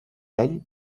ell